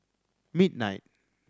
midnight